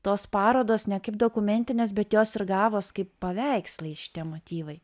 tos parodos ne kaip dokumentinės bet jos ir gavos kaip paveikslai šitie motyvai